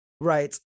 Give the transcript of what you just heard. right